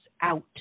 out